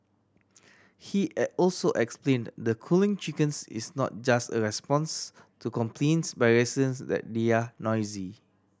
he also explained that culling chickens is not just a response to complaints by residents that they are noisy